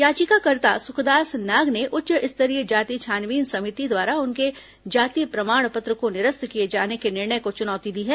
याचिकाकर्ता सुखदास नाग ने उच्च स्तरीय जाति छानबीन समिति द्वारा उनके जाति प्रमाण पत्र को निरस्त किये जाने के निर्णय को चुनौती दी है